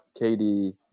KD